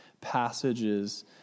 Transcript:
passages